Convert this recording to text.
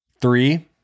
Three